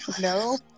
No